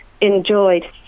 enjoyed